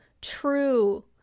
true